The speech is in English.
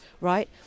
right